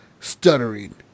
stuttering